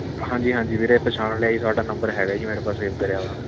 ਹਾਂਜੀ ਹਾਂਜੀ ਵੀਰੇ ਪਛਾਣ ਲਿਆ ਜੀ ਤੁਹਾਡਾ ਨੰਬਰ ਹੈਗਾ ਜੀ ਮੇਰੇ ਪਾਸ ਸੇਵ ਕਰਿਆ ਵਾ